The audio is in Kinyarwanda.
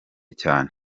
cyane